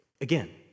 Again